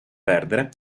perdere